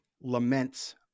laments